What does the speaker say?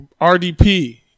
RDP